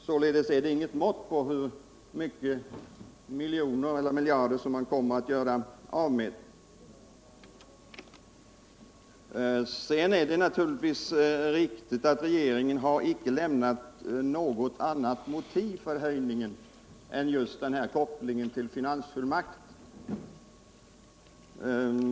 Således är det inget mått på hur många miljoner eller miljarder som man kommer att göra av med. Sedan är det naturligtvis riktigt att regeringen icke har lämnat något annat motiv för höjningen än just den här kopplingen till finansfullmakten.